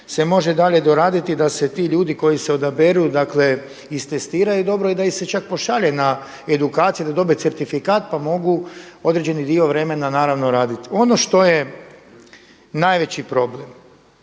se može i dalje doraditi da se i ti ljudi koji se odaberu, dakle istestiraju dobro i da ih se čak pošalje na edukaciju da dobiju i certifikat pa mogu određeni dio vremena naravno raditi. Ono što je najveći problem